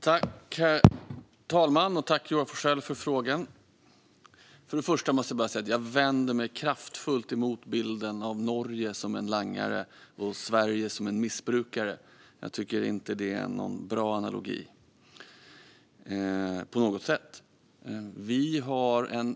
Herr talman! Tack, Joar Forssell, för frågan! Först måste jag säga att jag kraftfullt vänder mig mot bilden av Norge som en langare och Sverige som en missbrukare. Jag tycker inte att det är någon bra analogi på något sätt.